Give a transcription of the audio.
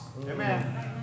Amen